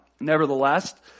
Nevertheless